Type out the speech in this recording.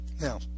now